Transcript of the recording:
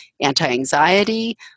anti-anxiety